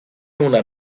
una